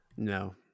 No